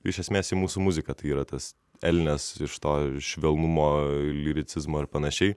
iš esmės į mūsų muziką tai yra tas elnias iš to švelnumo lyricizmo ir panašiai